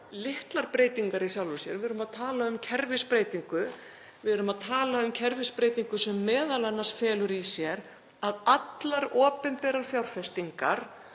litlar breytingar í sjálfu sér, við erum að tala um kerfisbreytingu sem m.a. felur í sér að allar opinberar fjárfestingar